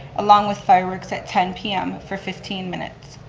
along with fireworks at ten pm for fifteen minutes.